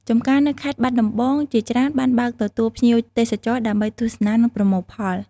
ចម្ការនៅខេត្តបាត់ដំបងជាច្រើនបានបើកទទួលភ្ញៀវទេសចរដើម្បីទស្សនានិងប្រមូលផល។